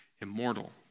immortal